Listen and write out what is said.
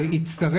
שיהיה שותף לפגישה.